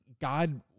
God